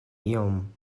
iom